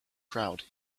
crowd